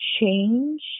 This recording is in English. change